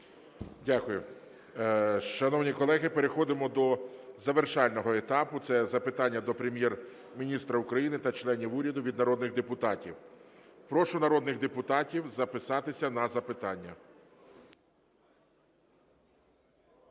Дякую. Шановні колеги, переходимо до завершального етапу – це запитання до Прем'єр-міністра України та членів уряду від народних депутатів. Прошу народних депутатів записатися на запитання.